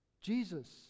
Jesus